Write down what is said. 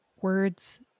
words